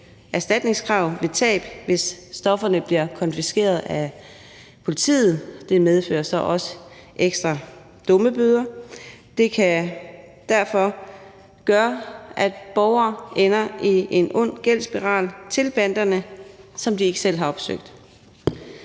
erstatningskrav ved tab, hvis stofferne bliver konfiskeret af politiet. Det medfører også ekstra dummebøder. Det kan derfor gøre, at borgere ender i en ond gældsspiral i forhold til banderne, som de ikke selv har opsøgt.